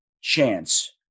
chance